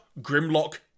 Grimlock